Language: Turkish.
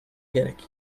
gerek